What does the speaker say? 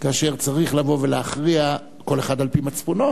כאשר צריך לבוא ולהכריע כל אחד על-פי מצפונו.